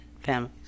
family